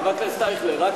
חבר הכנסת אייכלר,